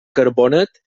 carbonet